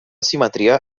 simetria